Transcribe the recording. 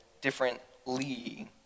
differently